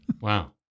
Wow